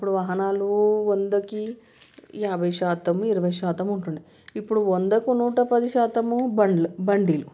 అప్పుడు వాహనాలు వందకి యాభై శాతం ఇరవై శాతం ఉంటు ఉండే ఇప్పుడు వందకు నూట పది శాతము బండ్లు బండిలు